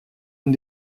une